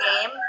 game